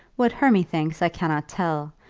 what hermy thinks i cannot tell,